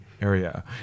area